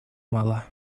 мало